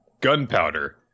gunpowder